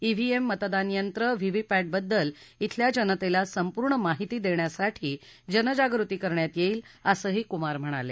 EVM मतदान यंत्र व्हीव्हीपॅटबद्दल येथील जनतेला संपुर्ण माहिती देण्यासाठी जनजागृती करण्यात येईल असंही कुमार म्हणाले